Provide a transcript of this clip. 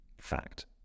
Fact